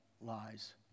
lies